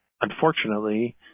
Unfortunately